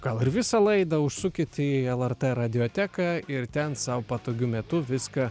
gal ir visą laidą užsukit į lrt radioteką ir ten sau patogiu metu viską